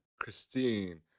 christine